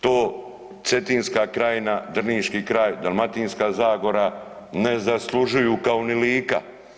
To Cetinska krajina, Drniški kraj, Dalmatinska zagora ne zaslužuju kao ni Lika.